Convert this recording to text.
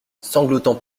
sanglotant